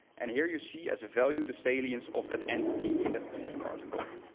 and here you see as a value, the salience of that entity in the specific article.